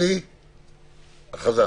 בבקשה.